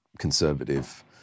conservative